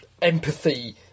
empathy